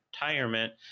retirement